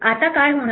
आता काय होणार